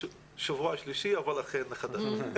שבוע שלישי אבל אכן חדש.